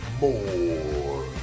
more